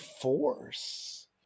force